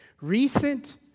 Recent